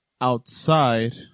outside